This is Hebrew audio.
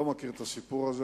אני לא מכיר את הסיפור הזה,